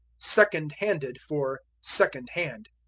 second-handed for second-hand.